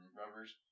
rubbers